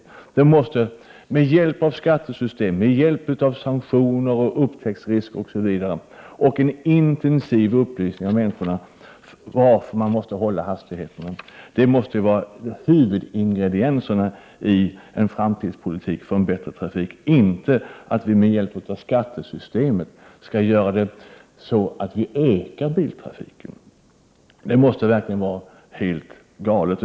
Huvudingredienserna i en framtidspolitik för en bättre trafik borde vara ändrade skattebestämmelser, sanktioner, ökad upptäcktsrisk och en intensiv upplysning till människor om varför man måste hålla hastigheterna — inte att vi med hjälp av skattesystemet ökar biltrafiken. Det måste verkligen vara helt galet.